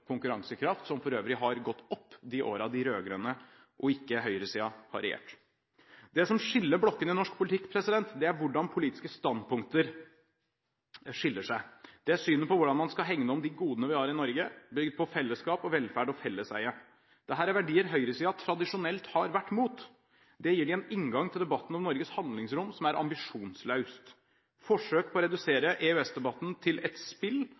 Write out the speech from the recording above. konkurransekraft – som for øvrig har gått opp de årene de rød-grønne og ikke høyresiden har regjert. Det som skiller blokkene i norsk politikk, er politiske standpunkter. Det er synet på hvordan man skal hegne om de godene vi har i Norge, bygd på fellesskap, velferd og felleseie. Dette er verdier høyresiden tradisjonelt har vært mot. Det gir dem en inngang til debatten om Norges handlingsrom som er ambisjonsløs. Forsøk på å redusere EØS-debatten til et spill